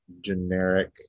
generic